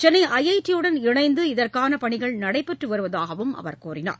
Chennai IIT யுடன் இணைந்து இதற்கான பணிகள் நடைபெற்று வருவதாகவும் அவர் குறிப்பிட்டார்